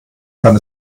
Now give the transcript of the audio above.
kann